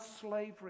slavery